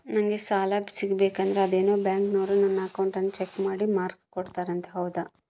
ನಂಗೆ ಸಾಲ ಸಿಗಬೇಕಂದರ ಅದೇನೋ ಬ್ಯಾಂಕನವರು ನನ್ನ ಅಕೌಂಟನ್ನ ಚೆಕ್ ಮಾಡಿ ಮಾರ್ಕ್ಸ್ ಕೊಡ್ತಾರಂತೆ ಹೌದಾ?